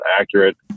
accurate